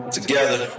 together